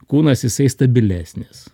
kūnas jisai stabilesnis